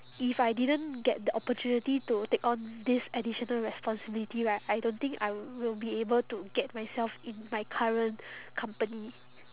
if I didn't get the opportunity to take on this additional responsibility right I don't think I will be able to get myself in my current company